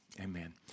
Amen